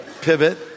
pivot